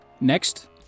Next